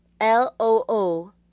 L-O-O